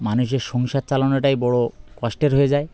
মানুষের সংসার চালানোটাই বড়ো কষ্টের হয়ে যায়